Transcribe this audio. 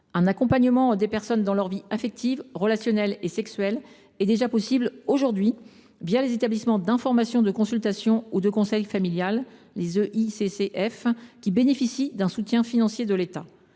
Un accompagnement des personnes dans leur vie affective, relationnelle et sexuelle est déjà possible aujourd’hui les établissements d’information, de consultation et de conseil familial (EICCF), qui bénéficient d’un soutien financier de l’État.